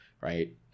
Right